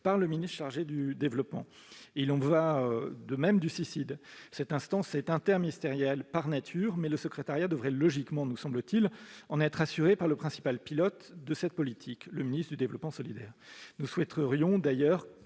par le ministre chargé du développement. Il en va de même du Cicid : cette instance est interministérielle par nature, mais le secrétariat devrait logiquement en être assuré par le principal pilote de cette politique, le ministre chargé du développement solidaire. Nous souhaiterions d'ailleurs,